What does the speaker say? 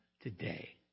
today